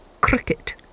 cricket